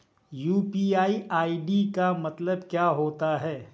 UPI ID का मतलब क्या होता है?